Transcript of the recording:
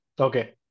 Okay